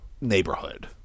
neighborhood